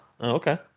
okay